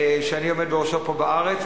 שאני עומד בראשו פה בארץ.